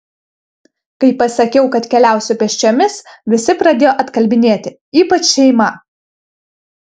kai pasakiau kad keliausiu pėsčiomis visi pradėjo atkalbinėti ypač šeima